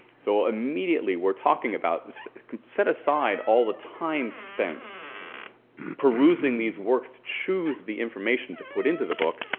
so immediately we're talking about set aside all the time spent perusing these works to choose the information to put into the book.